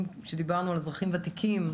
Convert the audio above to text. כשדיברנו על אזרחים ותיקים,